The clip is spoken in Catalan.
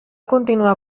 continuar